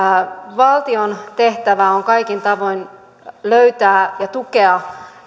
valtion tehtävä on kaikin tavoin löytää ja tukea